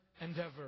Endeavor